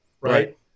right